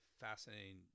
fascinating